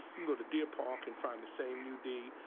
and go to deer park and find the same new d,